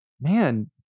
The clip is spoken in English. man